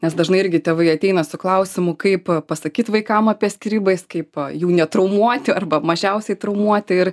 nes dažnai irgi tėvai ateina su klausimu kaip pasakyt vaikam apie skyrybas kaip jų netraumuoti arba mažiausiai traumuoti ir